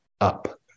up